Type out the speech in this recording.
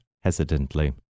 hesitantly